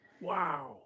Wow